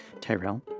Tyrell